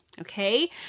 Okay